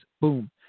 boom